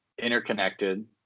interconnected